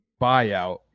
buyout